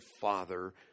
Father